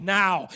now